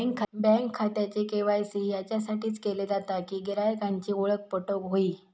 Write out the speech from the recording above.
bank खात्याचे KYC याच्यासाठीच केले जाता कि गिरायकांची ओळख पटोक व्हयी